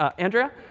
ah andrea?